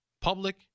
public